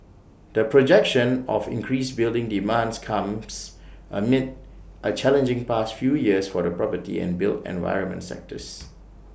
the projection of increased building demand comes amid A challenging past few years for the property and built environment sectors